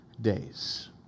days